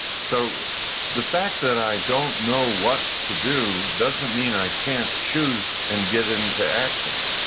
so the fact that i don't know what to do doesn't mean i can't choose and get into action.